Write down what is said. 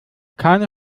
keine